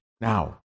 Now